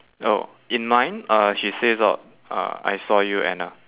oh in mine uh she says oh uh I saw you anna